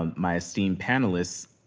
um my esteemed panelists,